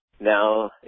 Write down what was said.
now